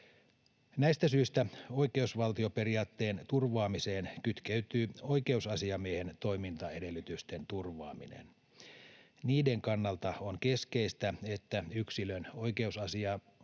Näistä syystä oikeusvaltioperiaatteen turvaamiseen kytkeytyy oikeusasiamiehen toimintaedellytysten turvaaminen. Niiden kannalta on keskeistä, että yksilön oikeusasemaan